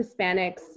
Hispanics